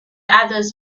others